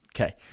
Okay